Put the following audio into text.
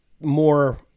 more